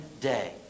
day